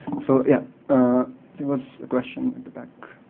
so yeah there was a question at the back.